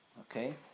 Okay